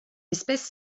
espèce